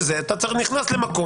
אתה לא יכול להשאיר אותם בבידוד בבית.